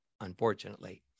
unfortunately